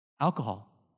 Alcohol